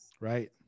right